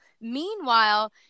Meanwhile